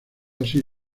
así